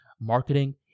marketing